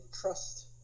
trust